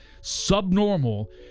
subnormal